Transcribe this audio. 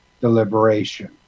deliberation